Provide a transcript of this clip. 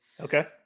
Okay